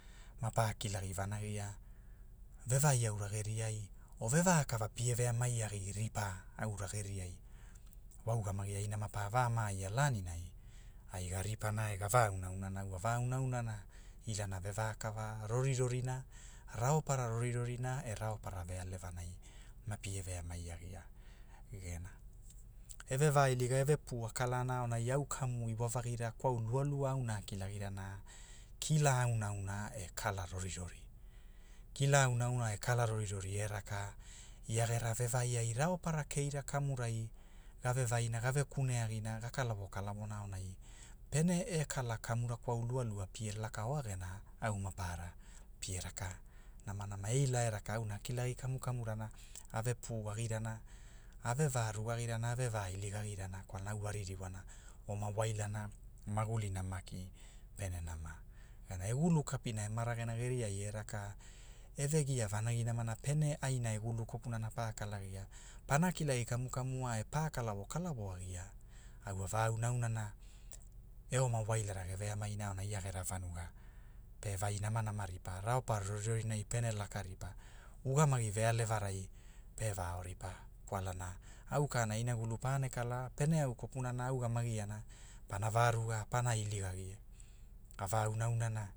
Ma pa kilagi vanagia, vevai aura geriai o ve vakava pie veamai agi ripa, aura geriai, wa ugamagi aina ma pa va maaia laninai, ai ga ripana e gava aunaaunana ga vaauna aunana, ilana veva kava rorirorina, raopara roriroring e raopara vealevanai, na pie veamai agia, gena e veva iliga e vepua kalana aonai au kamu iwa vagirakwaua lua lua auna a kilagirana, kila auna auna e kala rorirori, kila auna auna e kala rorirori e raka, ia gera ve vai ai raopara keira kamurai gave vaina gave kuneagina ga kalawo kalawona aonai, pene e kala kamura kwau lua lua pie laka oa gena, au mapara pie raka namanama e ila e raka auna a kilagi kamu kamurana, a ve pu agirana, ave va rugagriana a ve va iligagirana kwalana au a ririwana oma wailana, magulina maki pene nama. Aonai e gulu kapi ema ragena geriai e raka, e vegia vanagi namana. pene ai nai e gulu kapunana pa kalagia, pana kilagi kamu kamua e pa kalawokalawoa agia, au a va auna aunana, e oma wailara ge veamaina aonai ia gera vanuga, pe vainamanaonaria pa raopara rorirorinai pene laka ripa, ugamagi vealevarai, pe vao ripa, kwalana au kana inagulu pane kala, pene au kopunana a ugamagiana, pana va ruga pana iligagia a va aunaaunana